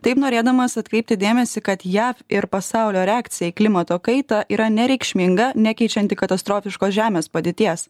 taip norėdamas atkreipti dėmesį kad jav ir pasaulio reakcija į klimato kaitą yra nereikšminga nekeičianti katastrofiškos žemės padėties